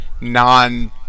non